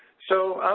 so,